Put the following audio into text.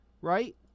right